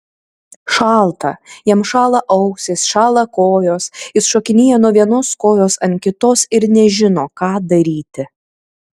šalta jam šąla ausys šąla kojos jis šokinėja nuo vienos kojos ant kitos ir nežino ką daryti